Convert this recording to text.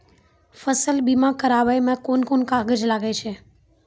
फसल बीमा कराबै मे कौन कोन कागज लागै छै?